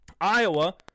Iowa